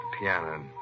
piano